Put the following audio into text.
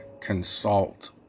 consult